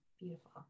Beautiful